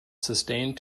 sustained